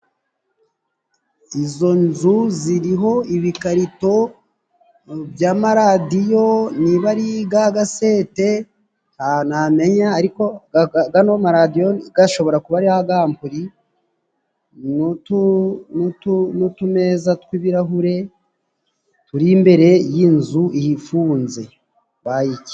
Izo nzu ziriho ibikarito by'amaradiyo niba ari gagasete, nta namenya. Ariko gano maradiyo gashobora kuba ari gampuri, n'utumeza tw'ibirahure turi imbere y'inzu ifunze.